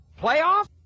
Playoff